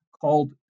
called